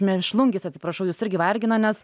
mėšlungis atsiprašau jus irgi vargina nes